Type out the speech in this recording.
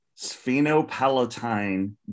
Sphenopalatine